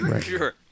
sure